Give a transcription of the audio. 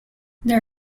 their